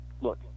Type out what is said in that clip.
Look